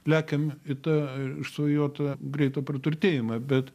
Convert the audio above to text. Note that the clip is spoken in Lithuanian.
lekiam į tą išsvajotą greitą praturtėjimą bet